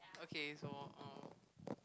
okay so um